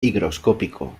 higroscópico